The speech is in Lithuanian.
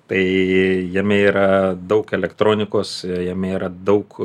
tai jame yra daug elektronikos jame yra daug